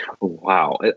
Wow